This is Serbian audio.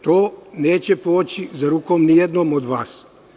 To neće poći za rukom ni jednom od vas.